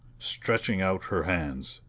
stretching out her hands.